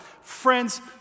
Friends